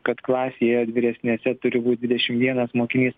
kad klasėje ar vyresnėse turi būt dvidešim vienas mokinys